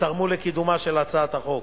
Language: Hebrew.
ותרמו לקידומה של הצעת החוק.